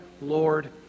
Lord